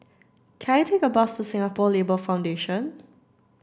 can I take a bus to Singapore Labour Foundation